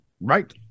Right